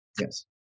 Yes